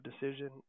decision